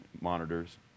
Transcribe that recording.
monitors